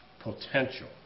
potential